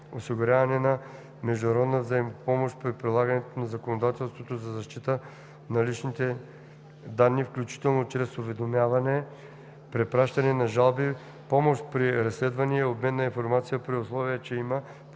осигуряване на международна взаимопомощ при прилагането на законодателството за защита на личните данни, включително чрез уведомяване, препращане на жалби, помощ при разследвания и обмен на информация, при условие че има подходящи